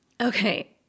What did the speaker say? Okay